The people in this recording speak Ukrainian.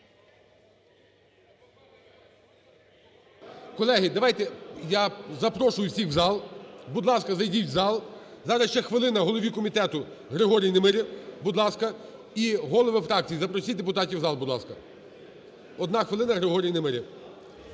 Колеги, давайте, я запрошую всіх в зал, будь ласка, зайдіть в зал. Зараз ще хвилина голові комітету Григорій Немиря, будь ласка. І, голови фракцій, запросіть, депутатів в зал, будь ласка. Одна хвилина, Григорій Немиря.